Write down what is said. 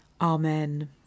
Amen